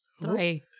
Three